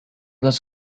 was